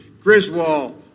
Griswold